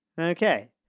Okay